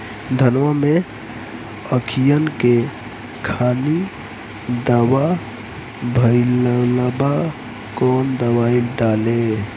धनवा मै अखियन के खानि धबा भयीलबा कौन दवाई डाले?